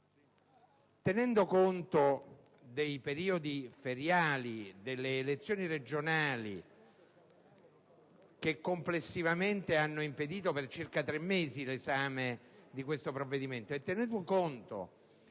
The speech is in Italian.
Tenendo conto dei periodi feriali e delle elezioni regionali, che complessivamente hanno impedito per circa tre mesi l'esame di questo provvedimento, nonché